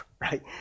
right